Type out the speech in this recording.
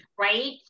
right